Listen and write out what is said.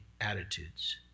attitudes